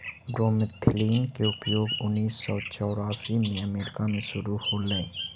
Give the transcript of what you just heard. bromethalin के उपयोग उन्नीस सौ चौरासी में अमेरिका में शुरु होलई